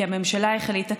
כי הממשלה החליטה,